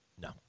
No